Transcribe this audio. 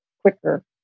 quicker